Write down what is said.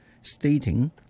stating